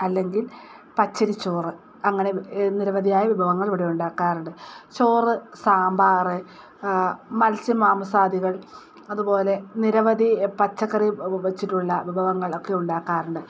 അല്ലെങ്കിൽ പച്ചരിച്ചോറ് അങ്ങനെ നിരവധിയായ വിഭവങ്ങൾ ഇവിടെ ഉണ്ടാക്കാറുണ്ട് ചോറ് സാമ്പാറ് മത്സ്യമാംസാദികൾ അതുപോലെ നിരവധി പച്ചക്കറി വെച്ചിട്ടുള്ള വിഭവങ്ങലോക്കെ ഉണ്ടാക്കാറുണ്ട്